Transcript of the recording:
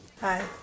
Hi